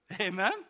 Amen